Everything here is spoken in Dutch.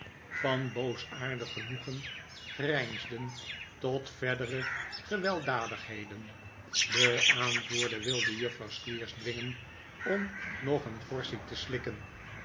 van boosaardig genoegen grijnsden tot verdere gewelddadigheden de aanvoerder wilde juffrouw squeers dwingen om nog een portie te slikken